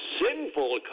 sinful